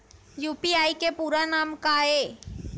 UPI के पूरा नाम का ये?